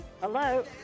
Hello